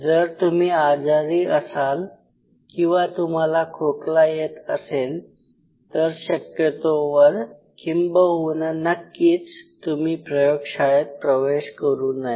जर तुम्ही आजारी असाल किंवा तुम्हाला खोकला येत असेल तर शक्यतोवर किंबहुना नक्कीच तुम्ही प्रयोगशाळेत प्रवेश करु नये